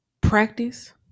Practice